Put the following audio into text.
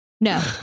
No